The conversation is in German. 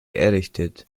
errichtet